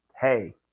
hey